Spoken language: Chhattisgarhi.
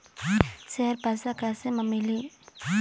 शेयर पैसा कैसे म मिलही?